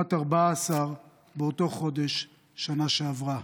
לעומת 14 באותו חודש בשנה שעברה.